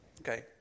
okay